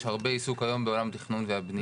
הרבה עיסוק היום בעולם התכנון והבנייה.